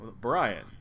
Brian